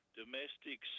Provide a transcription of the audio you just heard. domestic